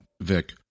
Vic